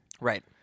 Right